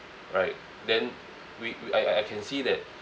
right then we we I I I can see that